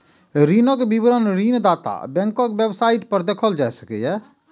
ऋणक विवरण ऋणदाता बैंकक वेबसाइट पर देखल जा सकैए